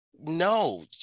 no